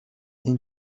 این